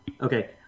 Okay